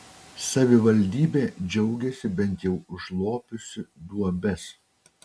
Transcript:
savivaldybė džiaugiasi bent jau užlopiusi duobes